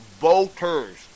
Voters